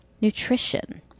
nutrition